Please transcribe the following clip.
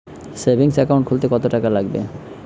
Savings account খুলতে কতটাকা লাগবে?